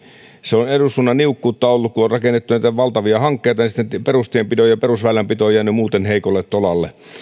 se on eduskunnan niukkuutta ollut kun on rakennettu näitä valtavia hankkeita ja perustienpito ja perusväylänpito on jäänyt muuten heikolle tolalle